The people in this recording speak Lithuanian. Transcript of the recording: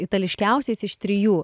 itališkiausias iš trijų